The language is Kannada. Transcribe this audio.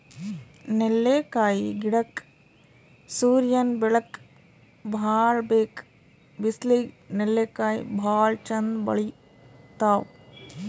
ನೆಲ್ಲಿಕಾಯಿ ಗಿಡಕ್ಕ್ ಸೂರ್ಯನ್ ಬೆಳಕ್ ಭಾಳ್ ಬೇಕ್ ಬಿಸ್ಲಿಗ್ ನೆಲ್ಲಿಕಾಯಿ ಭಾಳ್ ಚಂದ್ ಬೆಳಿತಾವ್